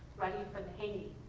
ready for the hanging.